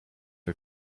her